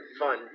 fun